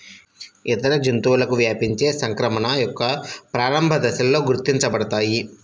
ఇతర జంతువులకు వ్యాపించే సంక్రమణ యొక్క ప్రారంభ దశలలో గుర్తించబడతాయి